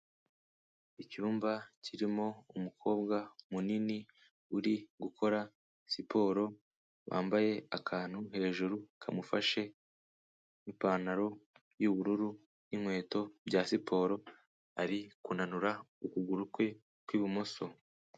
Icyumba kirimo umukobwa munini uri gukora siporo, wambaye akantu hejuru kamufashe, ipantaro y'ubururu n'inkweto bya siporo. ari kunanura ukuguru kwe kw'ibumoso.